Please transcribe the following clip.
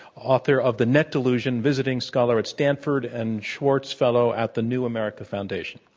author of the net delusion, visiting scholar at stanford and schwartz fellow at the new america foundation.